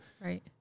Right